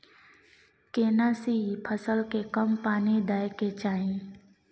केना सी फसल के कम पानी दैय के चाही?